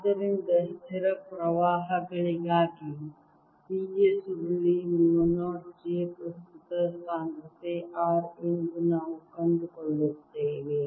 ಆದ್ದರಿಂದ ಸ್ಥಿರ ಪ್ರವಾಹಗಳಿಗಾಗಿ B ಯ ಸುರುಳಿ ಮ್ಯೂ 0 j ಪ್ರಸ್ತುತ ಸಾಂದ್ರತೆ r ಎಂದು ನಾವು ಕಂಡುಕೊಳ್ಳುತ್ತೇವೆ